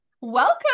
Welcome